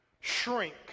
shrink